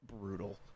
brutal